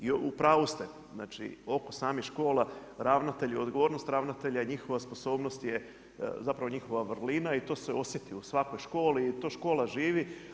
I u pravu ste oko samih škola, ravnatelji i odgovornost ravnatelja i njihova sposobnost je zapravo njihova vrlina i to se osjeti u svakoj školi i to škola živi.